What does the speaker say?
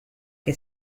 que